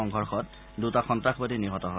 সংঘৰ্ষত দুটা সন্ত্ৰাসবাদী নিহত হয়